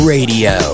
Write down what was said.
Radio